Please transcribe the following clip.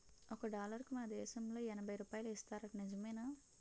ఒక డాలరుకి మన దేశంలో ఎనబై రూపాయలు ఇస్తారట నిజమేనా